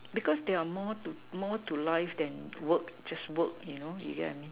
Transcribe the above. because there are more to more to life than work just work you know you get what I mean